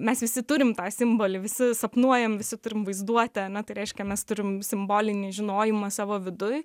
mes visi turim tą simbolį visi sapnuojam visi turimvaizduotę ane tai reiškia mes turim simbolinį žinojimą savo viduj